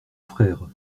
frère